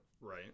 Right